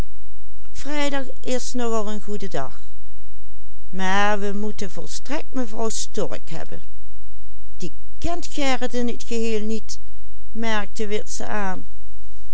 mevrouw stork hebben die kent gerrit in het geheel niet merkte witse aan